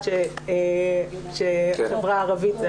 חברת הכנסת יודעת שהחברה הערבית זה